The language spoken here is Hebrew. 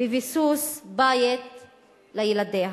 בביסוס בית לילדיה,